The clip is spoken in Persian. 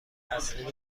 تسلیم